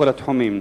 ובכל התחומים: